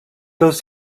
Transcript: dels